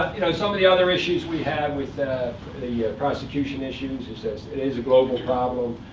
you know some of the other issues we have with the the yeah prosecution issues is that it is a global problem.